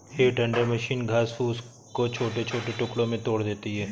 हे tender machine घास फूस को छोटे छोटे टुकड़ों में तोड़ देती है